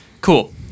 cool